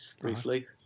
briefly